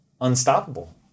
unstoppable